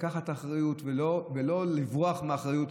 לקחת אחריות ולא לברוח מאחריות,